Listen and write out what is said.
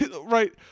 Right